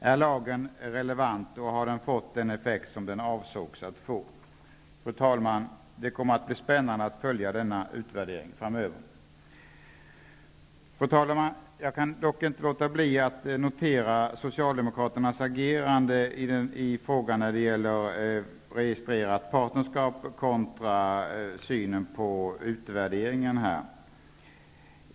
Är lagen relevant, och har den fått den effekt som den avsågs att få? Fru talman! Det kommer att bli spännande att följa denna utvärdering framöver. Fru talman! Jag kan dock inte låta bli att notera Socialdemokraternas agerande i frågan om registrerat partnerskap kontra synen på utvärderingen.